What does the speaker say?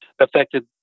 affected